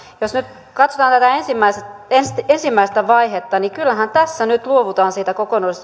jos nyt katsotaan tätä ensimmäistä vaihetta niin kyllähän tässä nyt luovutaan siitä